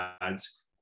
ads